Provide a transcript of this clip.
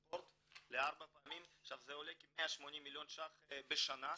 ל-4 פעמים, זה עולה כ-180 מיליון ₪ בשנה.